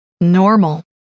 Normal